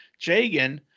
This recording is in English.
Jagan